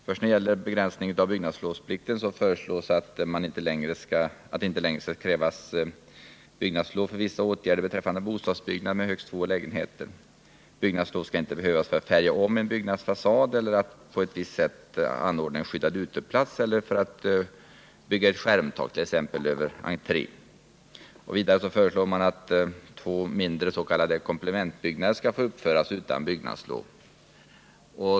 När det gäller begränsningar av byggnadslovsplikten föreslås att det inte längre skall krävas byggnadslov för vissa åtgärder beträffande bostadsbyggnad med högst två lägenheter. Byggnadslov skall inte behövas för att färga om en byggnadsfasad eller för att på ett visst sätt anordna en skyddad uteplats eller för att bygga t.ex. ett skärmtak över en entré. Vidare föreslås att två mindre s.k. komplementbyggnader skall få uppföras utan byggnadslov.